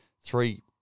three